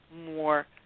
more